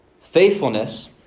Faithfulness